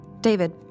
David